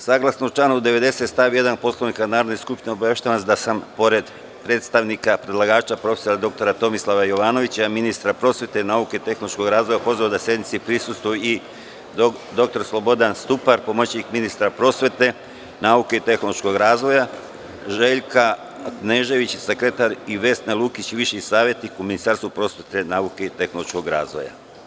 Saglasno članu 90. stav 1. Poslovnika Narodne skupštine obaveštavam vas da sam pored predstavnika predlagača, prof. dr Tomislava Jovanovića, ministra prosvete, nauke, tehnološkog razvoja pozvao da sednici prisustvuju i dr Slobodan Stupar, pomoćnik ministra prosvete, nauke i tehnološkog razvoja, Željka Kneževića, sekretar i Vesnu Lukić, viši savetnik u Ministarstvu prosvete, nauke i tehnološkog razvoja.